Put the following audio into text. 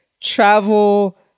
travel